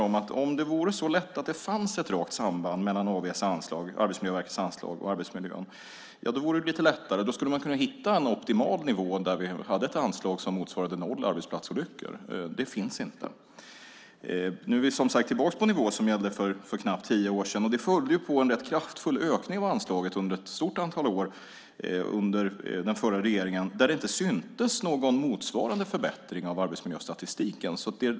Om det vore så lätt att det fanns ett rakt samband mellan Arbetsmiljöverkets anslag och arbetsmiljön vore det lite lättare. Då skulle man hitta en optimal nivå med ett anslag som motsvarar noll arbetsplatsolyckor. Den finns inte. Nu är vi tillbaka på den nivå som gällde för knappt tio år sedan. Den följde på en rätt kraftfull ökning av anslaget under ett stort antal år under den förra regeringen där det inte syntes någon motsvarande förbättring av arbetsmiljöstatistiken.